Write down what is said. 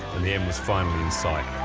and the end was finally in sight.